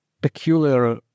peculiar